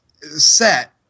set